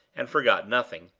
and forgot nothing.